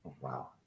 Wow